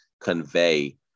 convey